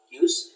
use